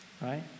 Right